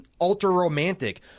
ultra-romantic